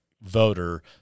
Voter